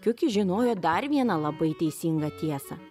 kiukis žinojo dar vieną labai teisingą tiesą